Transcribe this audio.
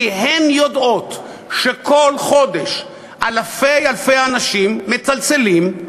כי הן יודעות שכל חודש אלפי אלפי אנשים מצלצלים,